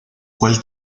cual